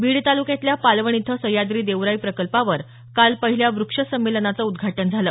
बीड तालुक्यातल्या पालवण इथं सह्याद्री देवराई प्रकल्पावर काल पहिल्या वृक्ष संमेलनाचं उद्घाटन झालं